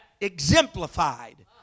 exemplified